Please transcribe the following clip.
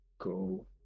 go